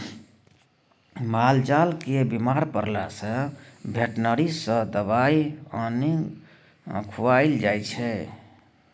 मालजाल केर बीमार परला सँ बेटनरी सँ दबाइ आनि खुआएल जाइ छै